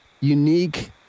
unique